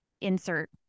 insert